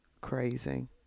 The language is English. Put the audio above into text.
Crazy